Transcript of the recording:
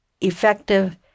effective